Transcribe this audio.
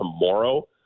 tomorrow